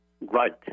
Right